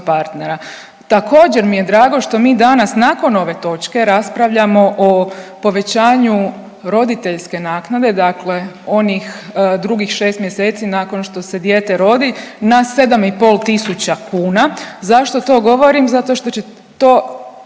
partnera. Također mi je drago što mi danas nakon ove točke raspravljamo o povećanju roditeljske naknade, dakle onih drugih 6 mjeseci nakon što se dijete rodi na 7,5 tisuća kuna. Zašto to govorim? Zato što će to